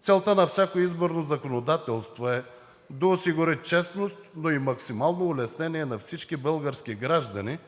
Целта на всяко изборно законодателство е да осигури честност, но и максимално улеснение на всички български граждани